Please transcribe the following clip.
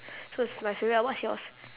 so it's my favourite lah what's yours